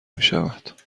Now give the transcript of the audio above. میشود